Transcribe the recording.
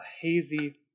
hazy